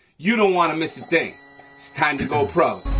you don't wanna miss a thing. it's time to go pro.